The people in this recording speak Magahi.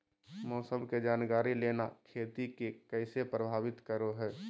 मौसम के जानकारी लेना खेती के कैसे प्रभावित करो है?